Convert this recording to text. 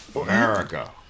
America